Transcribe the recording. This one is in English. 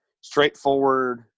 straightforward